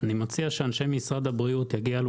אני מציע שאנשי משרד הבריאות יגיעו